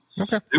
Okay